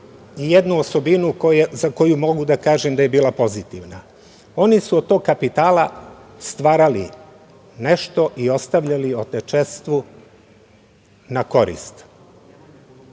jednu osobinu za koju mogu da kažem da je bila pozitivna. Oni su od tog kapitala stvarali nešto i ostavljali otečestvu na korist.